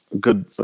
good